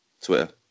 Twitter